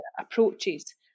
approaches